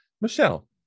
Michelle